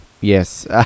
yes